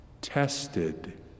tested